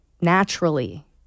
naturally